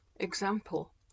Example